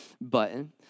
button